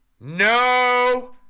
No